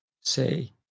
say